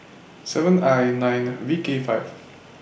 seven I nine V K five